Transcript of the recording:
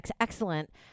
excellent